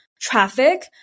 traffic